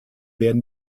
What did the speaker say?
werden